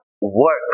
work